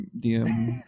DM